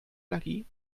energie